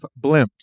blimps